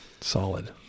Solid